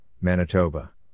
Manitoba